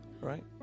Right